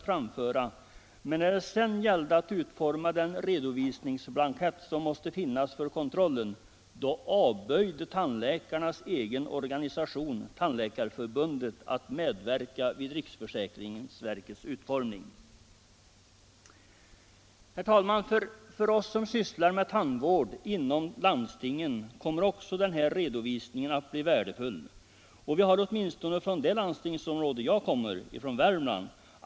Men den har vi inte heller tagit upp. Nej, herr Olsson, att regeringen har gått utöver de befogenheter som ges i lagen om allmän försäkring är nog alldeles klart. Att det har väckt en utomordentligt stor irritation beror på att tandläkarna dessutom har upplevt den administrativa ordningen såsom betungande.